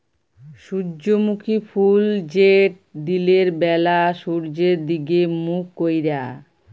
সূর্যমুখী ফুল যেট দিলের ব্যালা সূর্যের দিগে মুখ ক্যরে